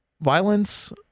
violence